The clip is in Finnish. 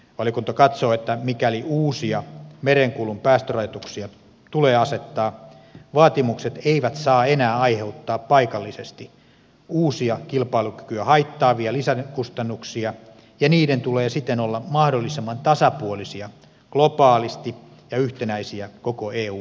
valiokunta katsoo että mikäli uusia merenkulun päästörajoituksia tulee asettaa vaatimukset eivät saa enää aiheuttaa paikallisesti uusia kilpailukykyä haittaavia lisäkustannuksia ja niiden tulee siten olla mahdollisimman tasapuolisia globaalisti ja yhtenäisiä koko eun alueella